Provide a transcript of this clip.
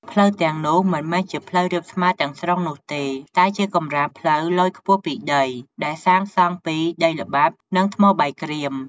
ផ្លូវទាំងនោះមិនមែនជាផ្លូវរាបស្មើទាំងស្រុងនោះទេ តែជា កម្រាលផ្លូវលយខ្ពស់ពីដី ដែលសាងសង់ពីដីល្បាប់ និងថ្មបាយក្រៀម។